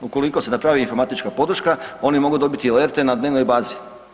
Ukoliko se napravi informatička podrška oni mogu dobiti ilerte na dnevnoj bazi.